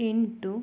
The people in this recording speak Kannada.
ಎಂಟು